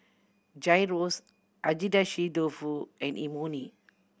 Gyros Agedashi Dofu and Imoni